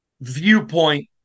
viewpoint